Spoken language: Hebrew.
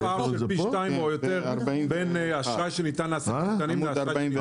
יש פער של פי 2 או יותר בין אשראי שניתן לעסקים קטנים לגדולים.